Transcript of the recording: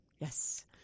Yes